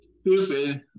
stupid